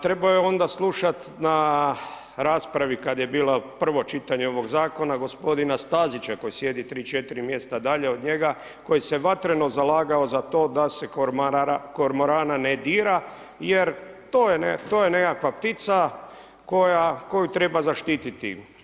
Trebao je onda slušat na raspravi kad je bilo prvo čitanje ovog Zakona gospodina Stazića, koji sjedi 3., 4. mjesta dalje od njega, koji se vatreno zalagao za to da se kormorana ne dira jer to je nekakva ptica koju treba zaštiti.